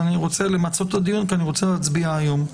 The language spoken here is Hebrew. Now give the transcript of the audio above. ואני רוצה למצות את הדיון כי אני רוצה להצביע היום.